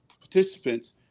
participants